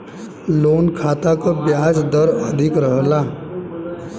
loan खाता क ब्याज दर अधिक रहला